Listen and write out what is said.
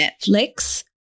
Netflix